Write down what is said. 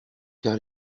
car